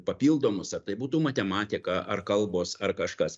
papildomus ar tai būtų matematika ar kalbos ar kažkas